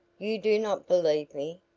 you do not believe me.